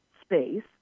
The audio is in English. space